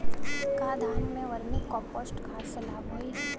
का धान में वर्मी कंपोस्ट खाद से लाभ होई?